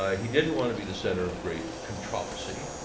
ah he didn't want to be the center of great controversy.